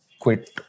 quit